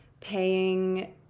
paying